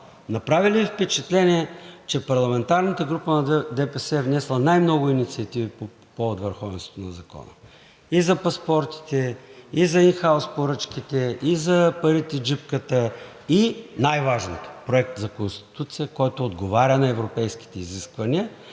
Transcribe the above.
направи ли Ви впечатление, че парламентарната група на ДПС е внесла най-много инициативи по върховенството на закона – и за паспортите, и за ин хаус поръчките, и за парите-джипката, и най-важното – проектът за Конституция, който отговаря на европейските изисквания,